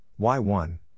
y1